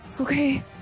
Okay